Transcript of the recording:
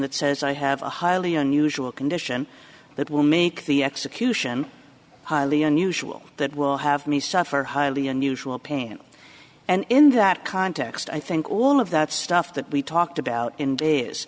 that says i have a highly unusual condition that will make the execution highly unusual that will have me suffer highly unusual pain and in that context i think all of that stuff that we talked about